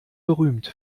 berühmt